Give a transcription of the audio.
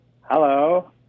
Hello